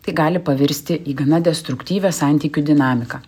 tai gali pavirsti į gana destruktyvią santykių dinamiką